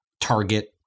target